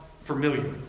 familiar